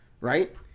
Right